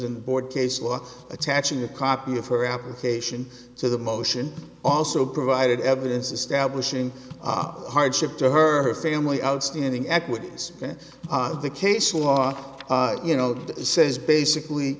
and board case law attaching a copy of her application to the motion also provided evidence establishing hardship to her family outstanding equities the case law you know says basically